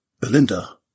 Belinda